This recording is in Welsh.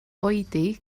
oedi